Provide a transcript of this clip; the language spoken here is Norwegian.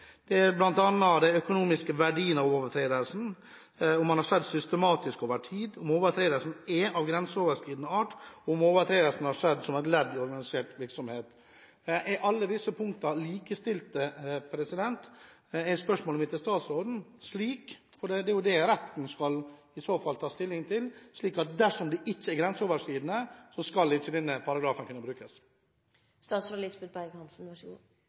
overtredelsen, om den har skjedd systematisk over tid, om overtredelsen er av grenseoverskridende art og om overtredelsen har skjedd som et ledd i organisert virksomhet. Mitt spørsmål til statsråden er om alle disse punktene er likestilte. Er det slik at dersom det ikke er grenseoverskridende – og det er det retten i så fall skal ta stilling til – så skal ikke denne paragrafen kunne